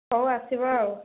ହେଉ ଆସିବୁ ଆଉ